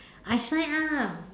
I signed up